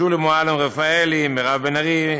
שולי מועלם-רפאלי, מירב בן ארי,